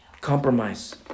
Compromise